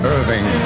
Irving